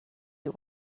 you